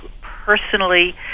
personally